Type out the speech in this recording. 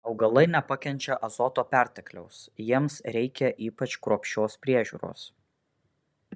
augalai nepakenčia azoto pertekliaus jiems reikia ypač kruopščios priežiūros